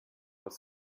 aus